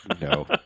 No